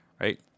right